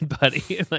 buddy